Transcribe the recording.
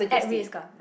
at Ritz-Carlton